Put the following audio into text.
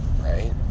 right